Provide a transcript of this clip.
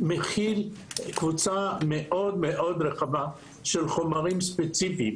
מכיל קבוצה מאוד מאוד רחבה של חומרים ספציפיים,